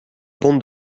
bon